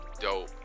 dope